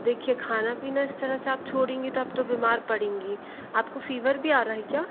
देखिए खाना पीना इस चरह से आप छोड़ेंगी तब तो बीमार पड़ेंगी ही आपको फ़ीवर भी आ रहा है क्या